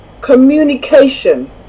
communication